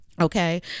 Okay